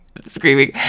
screaming